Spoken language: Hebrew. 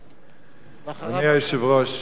ואחריו, אדוני היושב-ראש,